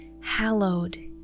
hallowed